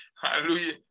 hallelujah